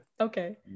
Okay